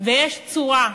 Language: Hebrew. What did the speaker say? ויש צורה.